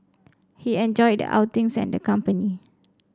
he enjoyed the outings and the company